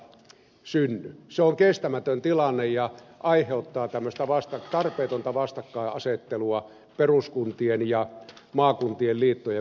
se on kestämätön tilanne ja aiheuttaa tämmöistä tarpeetonta vastakkainasettelua peruskuntien ja maakuntien liittojen välille